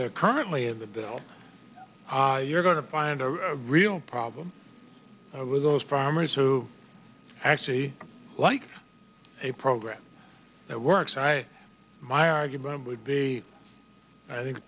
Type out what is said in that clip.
they're currently in the bill you're going to find a real problem with those farmers who actually like a program that works my argument would be i think